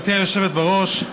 גברתי היושבת בראש,